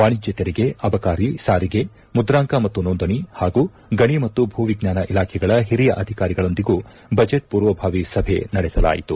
ವಾಣಿಜ್ಯ ತೆರಿಗೆ ಅಬಕಾರಿ ಸಾರಿಗೆ ಮುಂದ್ರಾಂಕ ಮತ್ತು ನೋಂದಣಿ ಹಾಗೂ ಗಣಿ ಮತ್ತು ಭೂವಿಜ್ಞಾನ ಇಲಾಖೆಗಳ ಹಿರಿಯ ಅಧಿಕಾರಿಗಳೊಂದಿಗೂ ಬಜೆಟ್ ಪೂರ್ವಭಾವಿ ಸಭೆ ನಡೆಸಲಾಯಿತು